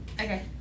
Okay